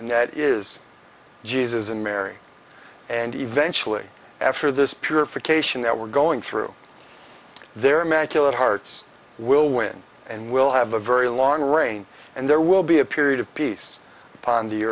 and that is jesus and mary and eventually after this purification that we're going through there macular hearts will win and we'll have a very long reign and there will be a period of peace upon the